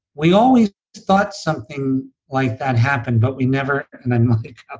we always thought something like that happened, but we never. and i'm like ah